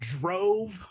drove